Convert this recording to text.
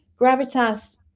Gravitas